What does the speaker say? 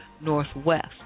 northwest